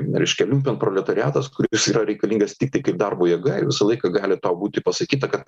reiškia liumpenproletariatas kuris yra reikalingas tiktai kaip darbo jėga ir visą laiką gali būti pasakyta kad